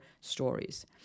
stories